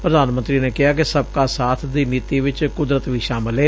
ਪ੍ਰਧਾਨ ਮੰਤਰੀ ਨੇ ਕਿਹਾ ਕਿ ਸਭ ਕਾ ਸਾਥ ਦੀ ਨੀਤੀ ਵਿਚ ਕੁਦਰਤ ਵੀ ਸ਼ਾਮਲ ਏ